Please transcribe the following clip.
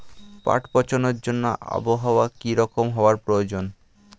পাট পচানোর জন্য আবহাওয়া কী রকম হওয়ার প্রয়োজন?